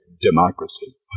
democracy